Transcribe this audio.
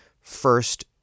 First